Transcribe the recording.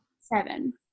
Seven